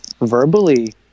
verbally